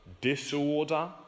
disorder